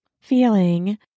Feeling